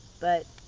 but